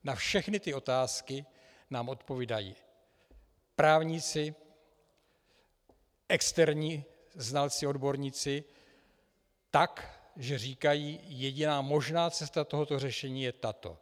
Na všechny ty otázky nám odpovídají právníci, externí znalci odborníci tak, že říkají: Jediná možná cesta tohoto řešení je tato.